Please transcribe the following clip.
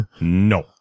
No